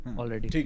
already